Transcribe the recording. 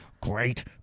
Great